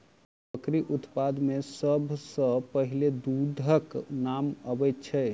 बकरी उत्पाद मे सभ सॅ पहिले दूधक नाम अबैत छै